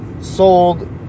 Sold